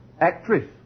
Actress